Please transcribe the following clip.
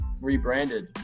Rebranded